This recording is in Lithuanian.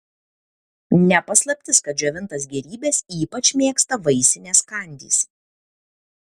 ne paslaptis kad džiovintas gėrybes ypač mėgsta vaisinės kandys